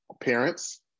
parents